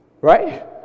Right